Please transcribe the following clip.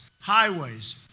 highways